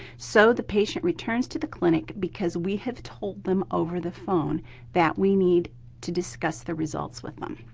so the patient returns to the clinic because we have told them over the phone that we need to discuss the results with them.